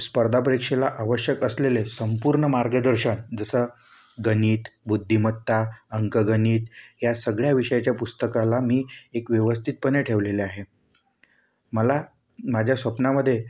स्पर्धा परीक्षेला आवश्यक असलेले संपूर्ण मार्गदर्शन जसं गणित बुद्धिमत्ता अंकगणित या सगळ्या विषयाच्या पुस्तकाला मी एक व्यवस्थितपणे ठेवलेले आहे मला माझ्या स्वप्नामध्ये